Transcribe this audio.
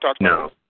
No